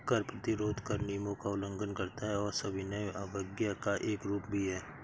कर प्रतिरोध कर नियमों का उल्लंघन करता है और सविनय अवज्ञा का एक रूप भी है